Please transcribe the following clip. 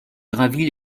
gravit